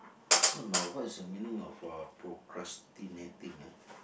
so now what is the meaning of uh procrastinating ah